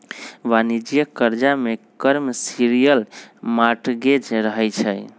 वाणिज्यिक करजा में कमर्शियल मॉर्टगेज रहै छइ